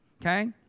okay